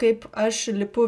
kaip aš lipu